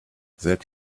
that